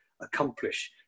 accomplish